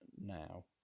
now